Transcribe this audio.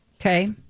Okay